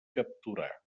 capturar